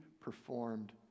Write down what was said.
performed